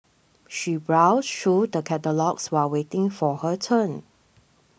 she browsed through the catalogues while waiting for her turn